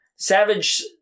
Savage